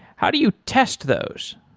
how do you test those?